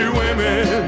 women